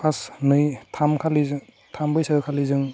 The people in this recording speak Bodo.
फास नै थाम खालिजो थाम बैसागो खालि जों